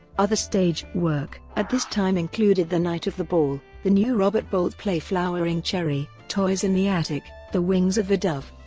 other stage work at this time included the night of the ball, the new robert bolt play flowering cherry, toys in the attic, the wings of the dove,